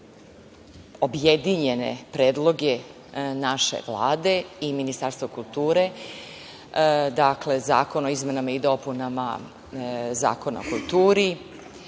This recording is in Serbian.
objedinjene predloge naše Vlade i Ministarstva kulture. Dakle, zakon o izmenama i dopunama Zakona o kulturi